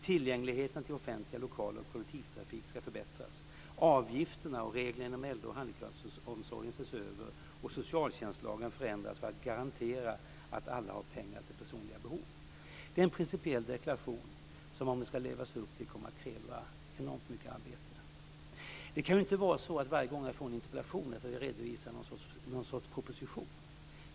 Tillgängligheten till offentliga lokaler och kollektivtrafik skall förbättras. Avgifterna och reglerna inom äldre och handikappomsorgen ses över och socialtjänstlagen förändras för att garantera att alla har pengar till personliga behov." Det är en principiell deklaration som, om vi skall leva upp till den, kommer att kräva enormt mycket arbete. Det kan inte vara så att jag varje gång jag får en interpellation skall redovisa någon sorts proposition.